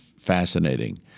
fascinating